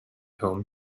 home